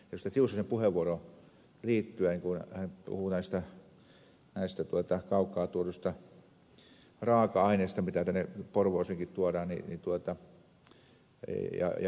tiusasen puheenvuoroon liittyen kun hän puhui näistä kaukaa tuoduista raaka aineista mitä porvooseenkin tuodaan ja palmuista